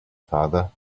father